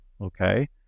Okay